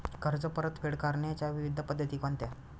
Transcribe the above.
कर्ज परतफेड करण्याच्या विविध पद्धती कोणत्या?